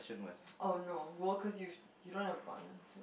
oh no well cause you've you don't have a partner so